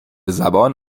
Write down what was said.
زبان